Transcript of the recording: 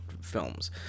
films